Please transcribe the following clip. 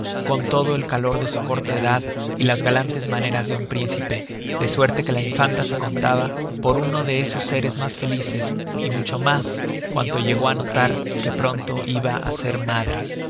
con todo el calor de su corta edad y las galantes maneras de un príncipe de suerte que la infanta se contaba por uno de esos seres mas felices y mucho mas cuando llegó á notar que pronto iba á ser madre